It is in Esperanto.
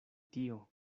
tio